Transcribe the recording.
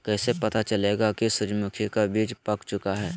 कैसे पता चलेगा की सूरजमुखी का बिज पाक चूका है?